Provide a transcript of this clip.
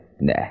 Nah